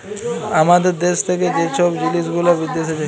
আমাদের দ্যাশ থ্যাকে যে ছব জিলিস গুলা বিদ্যাশে যায়